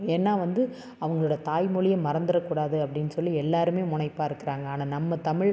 ஏன்னால் வந்து அவங்களோடய தாய் மொழியை மறந்துட கூடாது அப்படின் சொல்லி எல்லோருமே முனைப்பாக இருக்கிறாங்க ஆனால் நம்ம தமிழ்